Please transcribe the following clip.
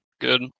good